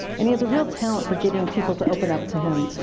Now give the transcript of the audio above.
and he has a real talent for getting people to open up to him.